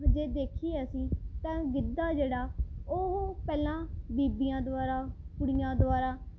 ਜੇ ਦੇਖੀਏ ਅਸੀਂ ਤਾਂ ਗਿੱਧਾ ਜਿਹੜਾ ਉਹ ਪਹਿਲਾਂ ਬੀਬੀਆਂ ਦੁਆਰਾ ਕੁੜੀਆਂ ਦੁਆਰਾ